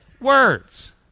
Words